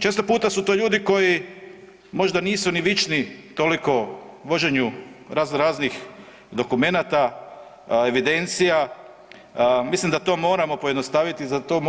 Često puta su to ljudi koji možda nisu ni vični toliko vođenju raznoraznih dokumenata, evidencija, mislim da to moramo pojednostaviti i za to